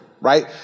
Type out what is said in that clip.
Right